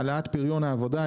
העלאת פריון העבודה,